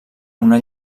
una